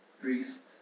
priest